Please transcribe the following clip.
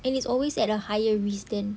and it's always at a higher risk than